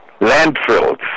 landfills